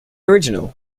original